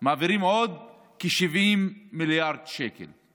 מעבירים עוד כ-70 מיליארד שקל.